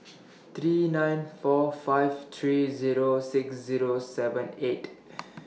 three nine four five three Zero six Zero seven eight